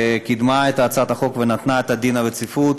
קידמה את הצעת החוק ונתנה את דין הרציפות.